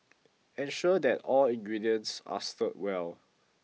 ensure that all ingredients are stirred well